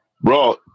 Bro